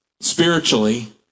spiritually